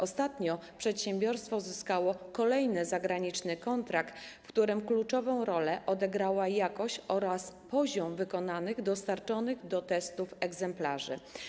Ostatnio przedsiębiorstwo zyskało kolejny zagraniczny kontrakt, w którym kluczową rolę odegrały jakość oraz poziom wykonania dostarczonych do testów egzemplarzy.